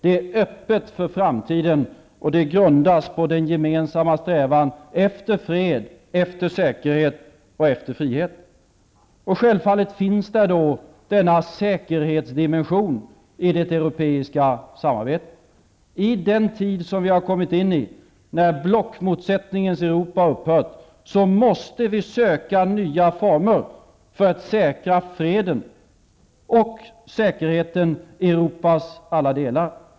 Det är öppet för framtiden, och det grundas på den gemensamma strävan efter fred, säkerhet och frihet. Självfallet finns det en säkerhetsdimension i det europeiska samarbetet. I den tid som vi har kommit in i när blockmotsättningens Europa upphört måste vi söka nya former för att säkra freden och säkerheten i Europas alla delar.